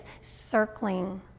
circling